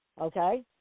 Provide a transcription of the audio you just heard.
okay